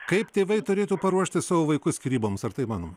kaip tėvai turėtų paruošti savo vaikus skyryboms ar tai įmanoma